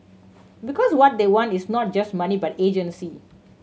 because what they want is not just money but agency